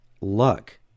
luck